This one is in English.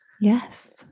Yes